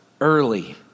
early